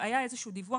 היה איזשהו דיווח,